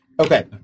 Okay